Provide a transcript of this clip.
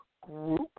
group